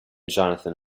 jonathan